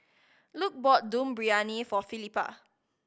Luc bought Dum Briyani for Felipa